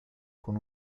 con